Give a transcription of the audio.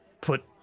put